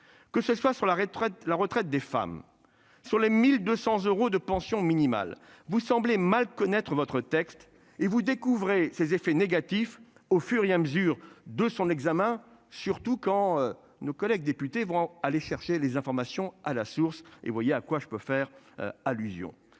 la retraite, la retraite des femmes sur les 1200 euros de pension minimale, vous semblez mal connaître votre texte et vous Découvrez ses effets négatifs au fur et à mesure de son examen surtout quand nos collègues députés vont aller chercher les informations à la source et vous voyez à quoi je peux faire allusion.